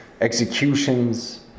executions